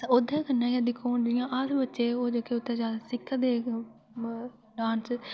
ओह्दे कन्नै दिक्खो हून सारे बच्चे उत्थै बड़ा जैद सिखदे मतलब डांस ते